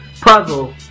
Puzzle